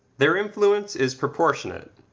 their influence is proportionate.